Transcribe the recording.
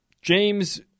James